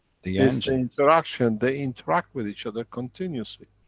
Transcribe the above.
the and interaction. they interact with each other continuously.